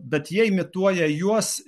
bet jie imituoja juos